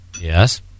Yes